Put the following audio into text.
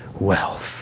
wealth